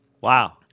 Wow